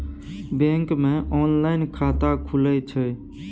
Bank मे online खाता खुले छै?